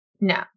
No